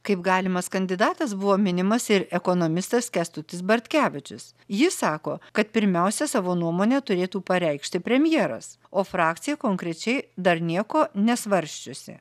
kaip galimas kandidatas buvo minimas ir ekonomistas kęstutis bartkevičius ji sako kad pirmiausia savo nuomonę turėtų pareikšti premjeras o frakcija konkrečiai dar nieko nesvarsčiusi